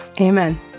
Amen